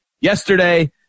yesterday